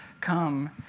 come